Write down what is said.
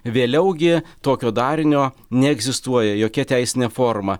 vėliau gi tokio darinio neegzistuoja jokia teisinė forma